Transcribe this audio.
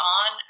on